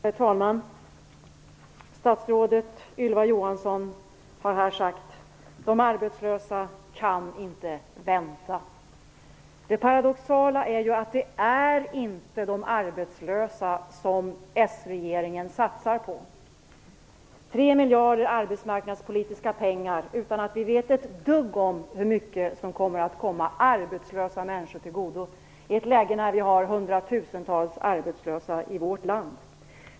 Herr talman! Statsrådet Ylva Johansson har här sagt att de arbetslösa inte kan vänta. Det paradoxala är dock att det inte är de arbetslösa som s-regeringen satsar på. Tre miljarder kronor av arbetsmarknadspolitiska pengar skall användas utan att vi vet ett dugg om hur mycket som kommer att komma arbetslösa människor till godo - i ett läge då det finns hundratusentals arbetslösa i vårt land.